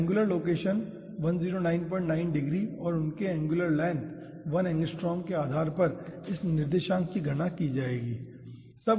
तो angular location 1099 degree और उनके एंगुलर लेंथ 1 एंगस्ट्रॉम के आधार पर इस निर्देशांक की गणना की जाएगी ठीक है